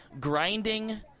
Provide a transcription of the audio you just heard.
Grinding